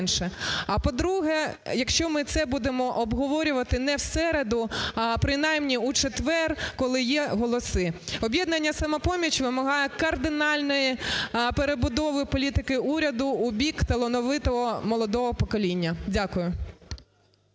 А, по-друге, якщо ми це будемо обговорювати не в середу, а принаймні у четвер, коли є голоси. "Об'єднання "Самопоміч" вимагає кардинальної перебудови політики уряду у бік талановитого молодого покоління. Дякую.